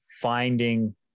finding